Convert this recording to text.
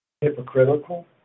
hypocritical